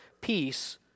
peace